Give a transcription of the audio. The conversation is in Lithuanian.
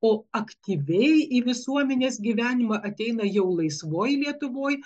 o aktyviai į visuomenės gyvenimą ateina jau laisvoj lietuvoj